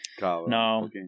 No